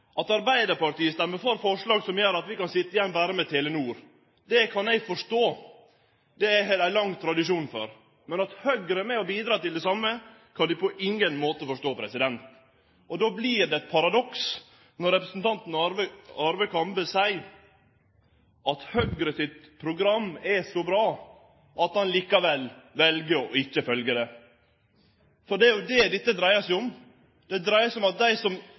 At Arbeidarpartiet stemmer for forslag som gjer at vi kan sitje igjen berre med Telenor, kan eg forstå. Det har dei lang tradisjon for. Men at Høgre er med på å bidra til det same, kan eg på ingen måte forstå. Og då blir det eit paradoks når representanten Arve Kambe seier at Høgres program er så bra at han likevel vel ikkje å følgje det. For det er det dette dreier seg om, det dreier seg om at dei som